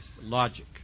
logic